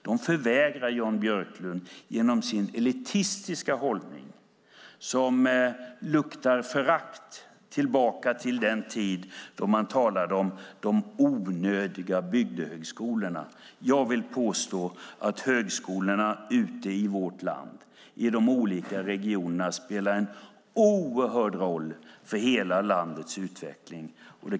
Det förvägrar Jan Björklund dem genom sin elitistiska hållning som luktar förakt och går tillbaka till den tid då man talade om "de onödiga bygdehögskolorna". Jag vill påstå att högskolorna i de olika regionerna i vårt land spelar en oerhörd roll för hela landets utveckling.